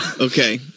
Okay